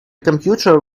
computer